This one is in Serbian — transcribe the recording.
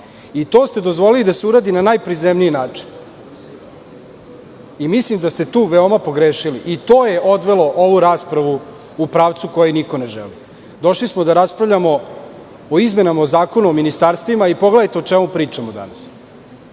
To ste dozvolili da se uradi na najprizemniji način. Mislim da ste tu veoma pogrešili i to je odvelo ovu raspravu u pravcu koji niko ne želi. Došli smo da raspravljamo o izmenama o Zakonu o ministarstvima a pogledajte o čemu pričamo danas